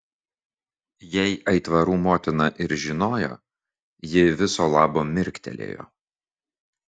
jei aitvarų motina ir žinojo ji viso labo mirktelėjo